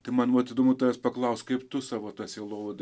tai man vat įdomu tavęs paklaust kaip tu savo tą sielovadą